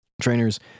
trainers